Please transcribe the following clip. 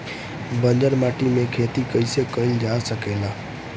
बंजर माटी में खेती कईसे कईल जा सकेला?